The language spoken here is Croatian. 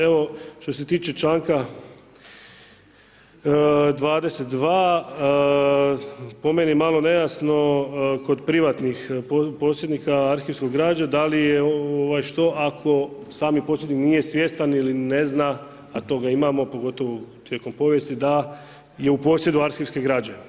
Evo, što se tiče članka 22. po meni pomalo nejasno kod privatnih posjednika arhivske građe da li je, što ako sami posjednik nije svjestan ili ne zna, a toga imamo pogotovo tijekom povijesti, da je u posjedu arhivske građe.